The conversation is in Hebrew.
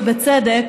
ובצדק.